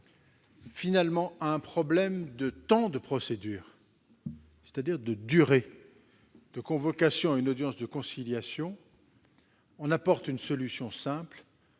Finalement, à un problème de temps de procédure, c'est-à-dire de durée de convocation à une audience de conciliation, on apporte une solution simple,